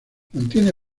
mantiene